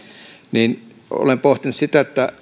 ja olen pohtinut sitä